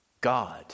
God